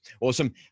Awesome